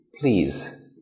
please